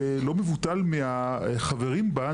לא מבוטל מהחברים בה,